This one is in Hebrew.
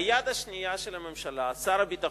היד השנייה של הממשלה, שר הביטחון,